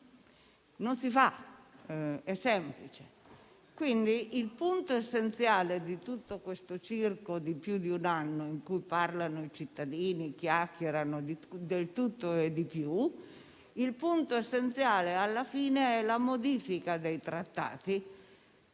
Non si fa, è semplice. Quindi, il punto essenziale di tutto questo circo che dura da più di un anno, in cui parlano i cittadini e chiacchierano di tutto e di più, alla fine è la modifica dei trattati,